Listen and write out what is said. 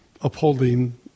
upholding